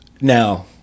Now